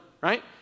right